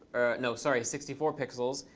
no, sorry, sixty four pixels,